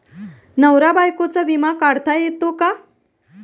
नवरा बायकोचा विमा काढता येतो का?